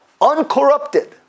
Uncorrupted